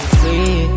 free